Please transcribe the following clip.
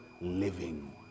living